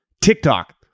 TikTok